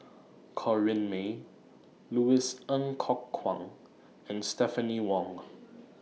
Corrinne May Louis Ng Kok Kwang and Stephanie Wong